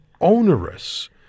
onerous